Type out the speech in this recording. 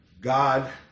God